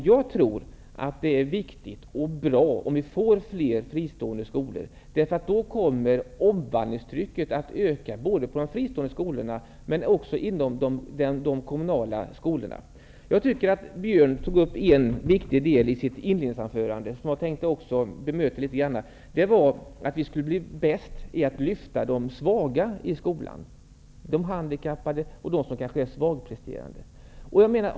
Jag tror att det är viktigt och bra om vi får fler fristående skolor. Då kommer omvandlingstrycket att öka på de fristående skolorna, men också inom de kommunala skolorna. Jag tycker att Björn Samuelson tog upp en viktig sak i sitt inledningsanförande, och den tänkte jag bemöta litet grand. Det var att vi skulle bli bäst på att lyfta de svaga i skolan, de handikappade och de som kanske är svagpresterande.